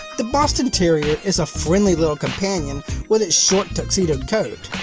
the boston terrier is a friendly little companion with his short, tuxedoed coat.